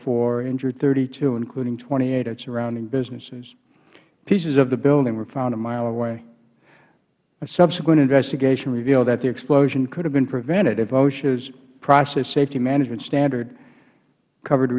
four injured thirty two including twenty eight at surrounding businesses pieces of the building were found a mile away a subsequent investigation revealed that the explosion could have been prevented if oshas process safety management standard covered